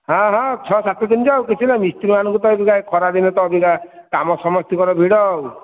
ହଁ ହଁ ଛଅ ସାତ ଦିନ ଯାଉ କିଛି ନୁହଁ ମିସ୍ତ୍ରୀମାନଙ୍କୁ ତ ଖରା ଦିନେ ତ ଅବିକା କାମ ସମସ୍ତିଙ୍କର ଭିଡ଼ ଆଉ